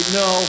no